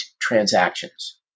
transactions